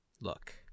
Look